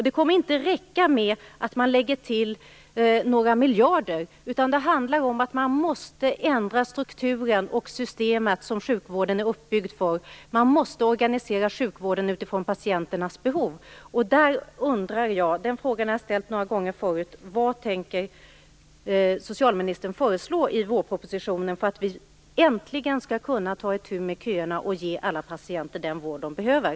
Det kommer inte att räcka med att lägga till några miljarder, utan det handlar om att ändra den struktur och det system som sjukvården är uppbyggd på. Man måste organisera sjukvården utifrån patienternas behov. Jag har några gånger tidigare ställt frågan vad socialministern tänker föreslå i vårpropositionen för att vi äntligen skall kunna ta itu med köerna och ge alla patienter den vård som de behöver.